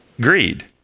greed